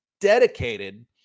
dedicated